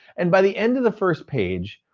and by the end of the first page,